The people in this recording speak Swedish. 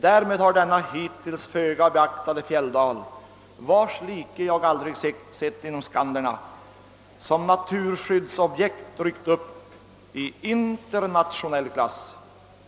Därmed har denna hittills föga beaktade fjälldal — vars like jag aldrig sett inom Skanderna — som naturskyddsobjekt ryckt upp i internationell klass.